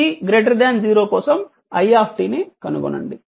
t 0 కోసం i ని కనుగొనండి